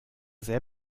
sehr